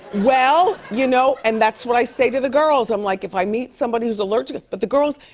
well, you know, and that's what i say to the girls. i'm like, if i meet somebody who's allergic but the girls,